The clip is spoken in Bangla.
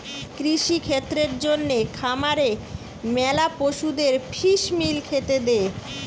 কৃষিক্ষেত্রের জন্যে খামারে ম্যালা পশুদের ফিস মিল খেতে দে